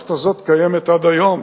המערכת הזאת קיימת עד היום,